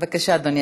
בבקשה, אדוני.